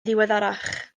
ddiweddarach